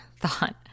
thought